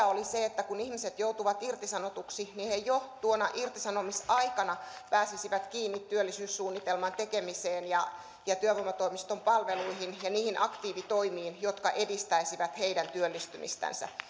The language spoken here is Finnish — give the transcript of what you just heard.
oli se että kun ihmiset joutuvat irtisanotuksi niin he jo tuona irtisanomisaikana pääsisivät kiinni työllisyyssuunnitelman tekemiseen ja ja työvoimatoimiston palveluihin ja niihin aktiivitoimiin jotka edistäisivät heidän työllistymistänsä